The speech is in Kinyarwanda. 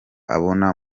abona